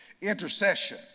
Intercession